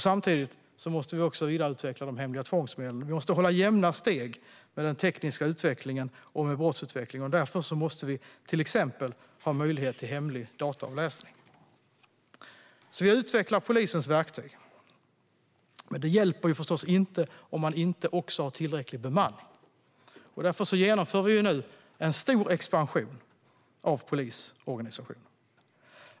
Samtidigt måste vi vidareutveckla de hemliga tvångsmedlen. Vi måste hålla jämna steg med den tekniska utvecklingen och med brottsutvecklingen, och därför måste vi till exempel ha möjlighet till hemlig dataavläsning. Vi utvecklar alltså polisens verktyg, men det hjälper ju inte om man inte har tillräcklig bemanning. Därför genomför vi nu en stor expansion av polisorganisationen.